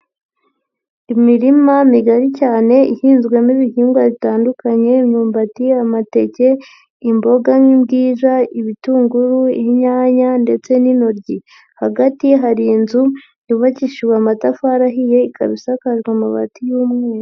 Imirima migari cyane ihinzwemo ibihingwa bitandukanye; imyumbati, amateke, imboga nk'imbwija, ibitunguru, inyanya ndetse n'intoryi. Hagati hari inzu yubakishijwe amatafari ahiye, ikaba isakajwe amabati y'umweru.